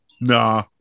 nah